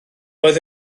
oedd